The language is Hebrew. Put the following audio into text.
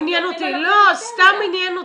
לא, סתם עניין אותי.